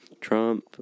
Trump